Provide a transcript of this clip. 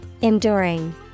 Enduring